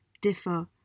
differ